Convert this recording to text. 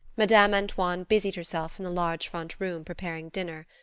madame antoine busied herself in the large front room preparing dinner.